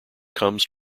comes